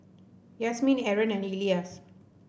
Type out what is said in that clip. Yasmin Aaron and Elyas